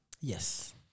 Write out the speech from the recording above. Yes